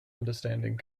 understanding